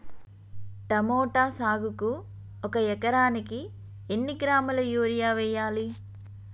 Tomato సాగుకు ఒక ఎకరానికి ఎన్ని కిలోగ్రాముల యూరియా వెయ్యాలి?